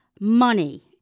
Money